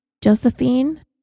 Josephine